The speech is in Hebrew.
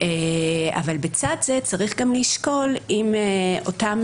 אבל לצד זה צריך גם לשקול האם אותם